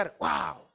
Wow